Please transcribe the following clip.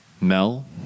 Mel